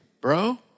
bro